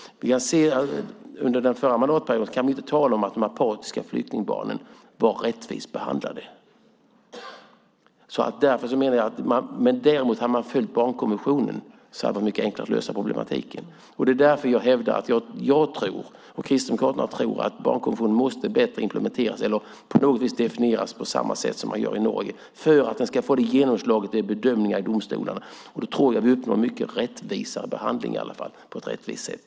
Vi kan inte tala om att de apatiska flyktingbarnen behandlades rättvist under den förra mandatperioden. Hade man följt barnkonventionen hade det varit mycket enklare att lösa problematiken. Det är därför som jag och Kristdemokraterna tror att barnkonventionen måste implementeras bättre eller definieras på något vis, på samma sätt som man gör i Norge, för att den ska få det här genomslaget vid bedömningar i domstolarna. Då tror jag i alla fall att vi uppnår mycket rättvisare behandlingar, på ett rättvist sätt.